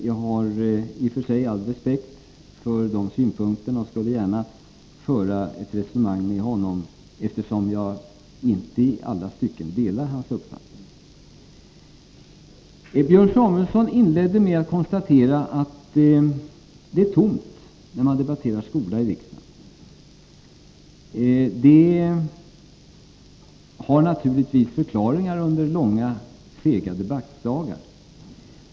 Jag har i och för sig all respekt för de synpunkterna och skulle gärna föra ett resonemang med honom eftersom jag inte i alla stycken delar hans uppfattning. Björn Samuelson inledde med att konstatera att när man debatterar skola i riksdagen är det tomt i kammaren. Det har naturligtvis förklaringar under långa sega debattdagar.